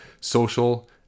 social